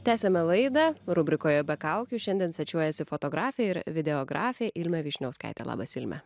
tęsiame laidą rubrikoje be kaukių šiandien svečiuojasi fotografė ir videografė ilmė vyšniauskaitė labas ilme